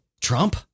Trump